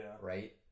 Right